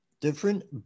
different